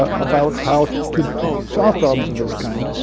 ah about how to solve problems of this kind.